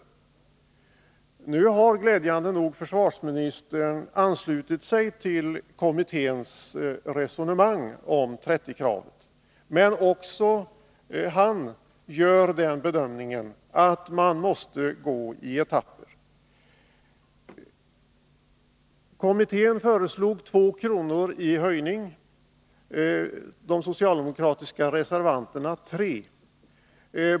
Försvarsministern har glädjande nog anslutit sig till kommitténs resonemang om höjning till 30 kr., men också han gör bedömningen att man måste höja i etapper. Kommittén föreslog 2 kr. i höjning, de socialdemokratiska reservanterna 3 kr.